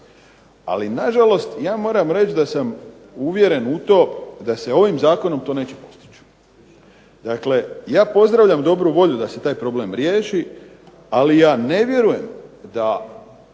Ali nažalost ja moram reći da sam uvjeren u to da se ovim zakonom to neće postići. Dakle, ja pozdravljam dobru volju da se taj problem riješi, ali ja ne vjerujem da